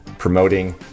Promoting